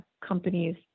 companies